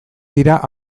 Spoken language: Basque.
dira